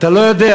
אתה לא יודע.